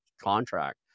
contract